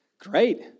Great